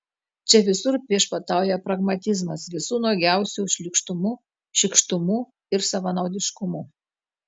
čia visur viešpatauja pragmatizmas visu nuogiausiu šlykštumu šykštumu ir savanaudiškumu